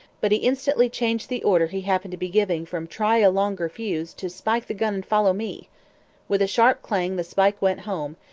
but he instantly changed the order he happened to be giving from try a longer fuse to spike the gun and follow me with a sharp clang the spike went home,